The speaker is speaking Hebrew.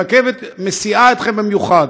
רכבת מסיעה אתכם במיוחד.